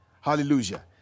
Hallelujah